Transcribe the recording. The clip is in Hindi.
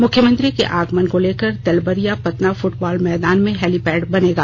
मुख्यमंत्री के आगमन को लेकर तलबरिया पतना फुटबॉल मैदान में हैलीपैड बनेगा